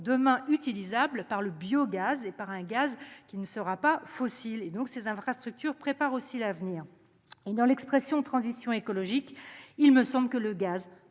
demain utilisables par le biogaz, un gaz qui ne sera pas fossile. Ces infrastructures préparent donc l'avenir. Dans l'expression « transition écologique », il me semble que le gaz